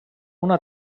una